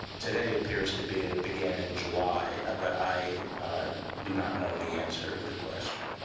today appears to be that it began in july. but i i do not know the answer to the question.